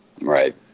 Right